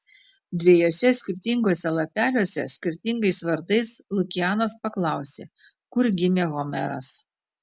dviejuose skirtinguose lapeliuose skirtingais vardais lukianas paklausė kur gimė homeras